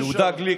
יהודה גליק,